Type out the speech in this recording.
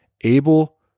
able